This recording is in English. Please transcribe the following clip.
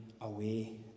away